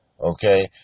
Okay